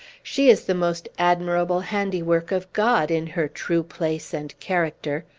she is the most admirable handiwork of god, in her true place and character.